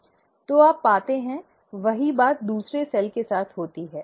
तो आप पाते हैं वही बात दूसरे सेल के साथ होती है